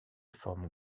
forme